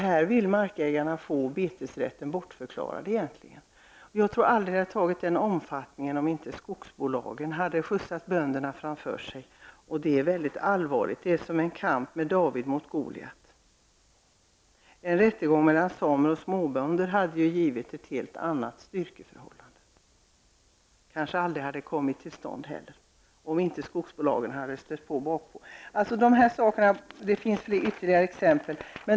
Här vill markägarna få betesrätten bortförklarad. Jag tror inte att det hade fått denna omfattning om inte skogsbolagen hade skjutsat bönderna framför sig. Det är väldigt allvarligt. Det är som en kamp mellan David och Goliat. En rättegång mellan samerna och småbönderna hade givit ett helt annat styrkeförhållande, kanske hade en rättegång aldrig kommit till stånd om inte skogsbolagen hade stött på. Det finns ytterligare exempel.